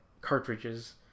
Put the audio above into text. cartridges